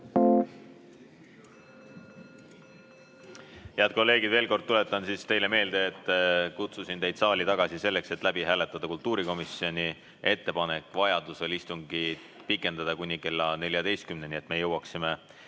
Head kolleegid! Veel kord tuletan teile meelde, et kutsusin teid saali tagasi selleks, et läbi hääletada kultuurikomisjoni ettepanek vajadusel istungit pikendada kuni kella 14‑ni, et me jõuaksime